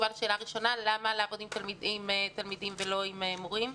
למה לעבוד עם תלמידים ולא עם מורים?